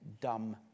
dumb